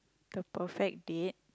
the perfect date